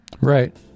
right